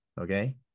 Okay